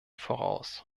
voraus